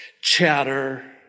chatter